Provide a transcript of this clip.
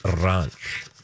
ranch